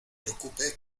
preocupe